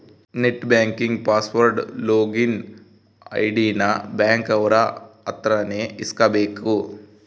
net banking password login ID ನ bank ಅವ್ರ ಅತ್ರ ನೇ ಇಸ್ಕಬೇಕು